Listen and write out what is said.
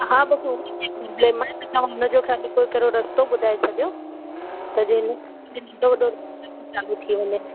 हा बसि हुन जी प्रॉब्लम आहे त तव्हां हुनजो ख़ाली को कहिड़ो रस्तो ॿुधाए छॾो त जीअं चालू थी वञे